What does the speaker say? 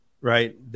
right